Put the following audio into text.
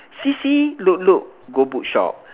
see see look look go bookshop